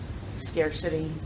scarcity